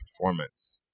performance